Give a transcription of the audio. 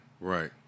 Right